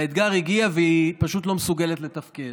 האתגר הגיע, והיא פשוט לא מסוגלת לתפקד.